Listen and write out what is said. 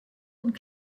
und